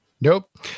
Nope